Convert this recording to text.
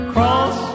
Cross